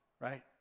right